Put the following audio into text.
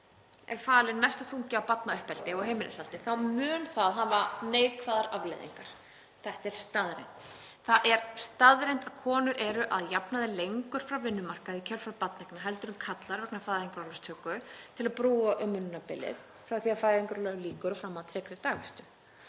er falinn mestur þungi af barnauppeldi og heimilishaldi mun það hafa neikvæðar afleiðingar. Þetta er staðreynd. Það er staðreynd að konur eru að jafnaði lengur frá vinnumarkaði í kjölfar barneigna heldur en karlar vegna fæðingarorlofstöku til að brúa umönnunarbilið frá því að fæðingarorlofi lýkur og fram að tryggri dagvistun.